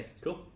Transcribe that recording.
Cool